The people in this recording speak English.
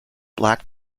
black